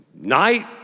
night